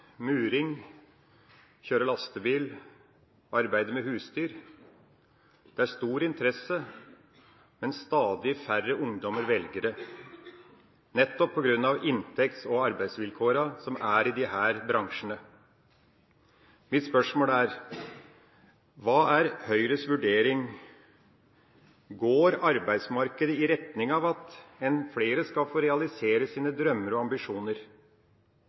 kjøre lastebil, arbeide med husdyr. Det er stor interesse, men stadig færre ungdommer velger det, nettopp på grunn av inntekts- og arbeidsvilkårene i disse bransjene. Mitt spørsmål er: Hva er Høyres vurdering? Går arbeidsmarkedet i retning av at flere skal få realisere sine drømmer og ambisjoner?